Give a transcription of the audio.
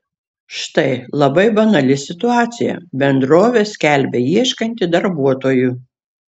štai labai banali situacija bendrovė skelbia ieškanti darbuotojų